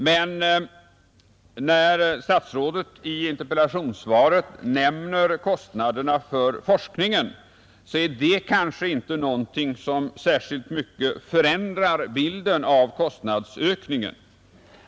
Men när statsrådet i interpellationssvaret nämner kostnaderna för forskningen är det kanske inte någonting som särskilt mycket förändrar bilden av kostnadsökningen.